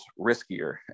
riskier